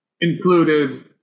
included